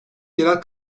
yerel